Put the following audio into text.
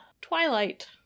Twilight